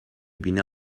بینه